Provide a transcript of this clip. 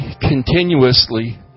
continuously